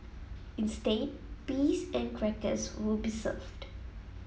instead peas and crackers will be served